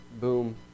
boom